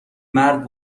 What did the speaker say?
مرد